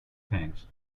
tanks